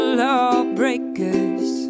lawbreakers